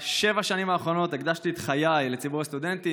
בשבע השנים האחרונות הקדשתי את חיי לציבור הסטודנטים,